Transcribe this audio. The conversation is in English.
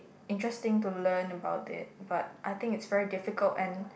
interesting to learn about it but I think it's very difficult and